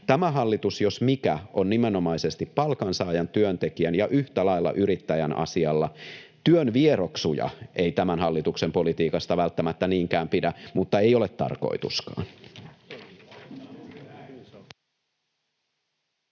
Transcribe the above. Tämä hallitus, jos mikä, on nimenomaisesti palkansaajan, työntekijän ja yhtä lailla yrittäjän asialla. Työn vieroksuja ei tämän hallituksen politiikasta välttämättä niinkään pidä, mutta ei ole tarkoituskaan.